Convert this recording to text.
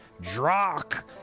Drock